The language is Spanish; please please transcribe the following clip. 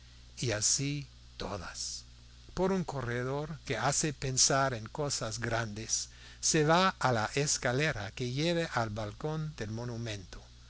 y así todas por un corredor que hace pensar en cosas grandes se va a la escalera que lleva al balcón del monumento